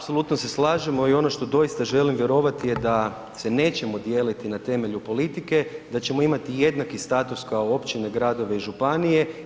Apsolutno se slažemo i ono što doista želim vjerovati je da se nećemo dijeliti na temelju politike, da ćemo imati jednaki status kao općine, gradove i županije.